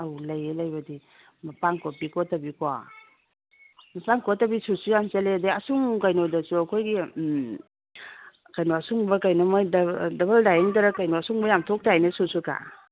ꯑꯧ ꯂꯩꯌꯦ ꯂꯩꯕꯗꯤ ꯃꯄꯥꯟ ꯀꯣꯠꯄꯤ ꯀꯣꯠꯇꯕꯤꯀꯣ ꯃꯄꯥꯟ ꯀꯣꯠꯇꯕꯤ ꯁꯨꯠꯁꯨ ꯌꯥꯝ ꯁꯦꯠꯂꯦ ꯑꯗꯒꯤ ꯀꯩꯅꯣꯗꯁꯨ ꯑꯩꯈꯣꯏꯒꯤ ꯎꯝ ꯀꯩꯅꯣ ꯑꯁꯨꯡꯕ ꯀꯩꯅꯣ ꯃꯣꯏ ꯗꯕꯜ ꯗꯕꯜ ꯗꯥꯏꯌꯤꯡꯗꯔꯥ ꯀꯩꯅꯣ ꯑꯁꯨꯡꯕ ꯌꯥꯝ ꯊꯣꯛꯇꯥꯏꯅꯦ ꯁꯨꯠ ꯁꯨꯠꯀ